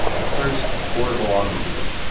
the first affordable automobile.